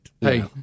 Hey